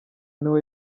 niho